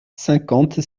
cinquante